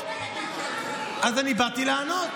אז אני באתי לענות.